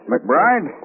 McBride